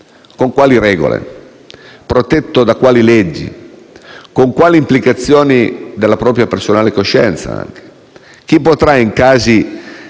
Con quali regole? Protetto da quali leggi? Con quali implicazioni anche della propria coscienza? Chi potrà, in casi